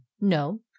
no